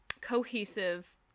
cohesive